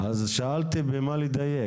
שאלתי במה לדייק.